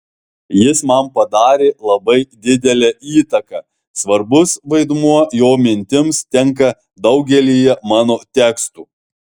jis man padarė labai didelę įtaką svarbus vaidmuo jo mintims tenka daugelyje mano tekstų